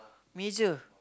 Major